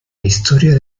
historia